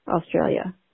Australia